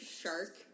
shark